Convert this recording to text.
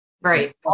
Right